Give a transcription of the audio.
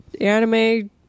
anime